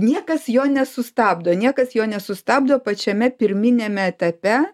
niekas jo nesustabdo niekas jo nesustabdo pačiame pirminiame etape